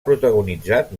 protagonitzat